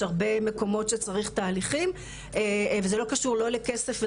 יש הרבה מקומות שצריך תהליכים וזה לא קשור לא לכסף,